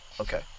Okay